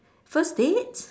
first date